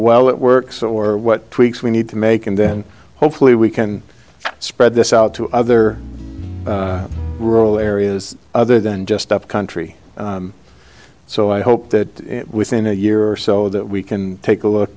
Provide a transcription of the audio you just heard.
well it works or what tweaks we need to make and then hopefully we can spread this out to other rural areas other than just up country so i hope that within a year or so that we can take a look